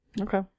Okay